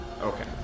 Okay